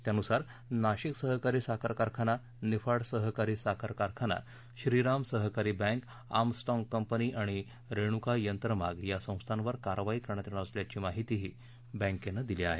त्यानुसार नाशिक सहकारी साखर कारखाना निफाड सहकारी साखर कारखाना श्रीराम सहकारी बँक आर्मस्ट्रॉग कम्पनी आणि रेणुका यंत्रमाग या संस्थांवर कारवाई करण्यात येणार असल्याची माहिती बँकेनं दिली आहे